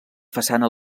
façana